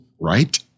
right